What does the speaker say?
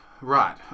Right